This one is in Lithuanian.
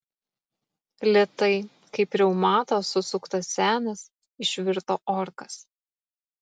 lėtai kaip reumato susuktas senis išvirto orkas